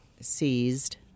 seized